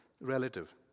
relative